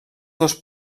dos